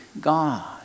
God